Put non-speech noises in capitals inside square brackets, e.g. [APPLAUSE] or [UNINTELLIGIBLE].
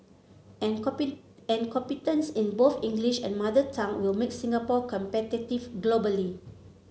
and [UNINTELLIGIBLE] competence in both English and mother tongue will make Singapore competitive globally